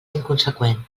inconseqüent